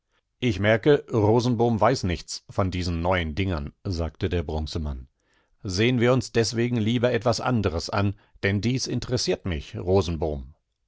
ich merke rosenbom weiß nichts von diesen neuen dingern sagte der bronzemann sehen wir uns deswegen lieber etwas anderes an denn dies interessiertmich